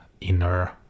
inner